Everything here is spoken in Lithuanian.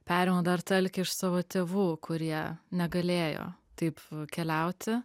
perėmiau dar tą alkį iš savo tėvų kurie negalėjo taip keliauti